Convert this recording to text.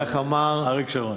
כך אמר, אריק שרון.